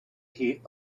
heath